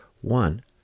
One